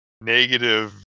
Negative